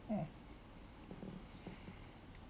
mm